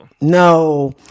No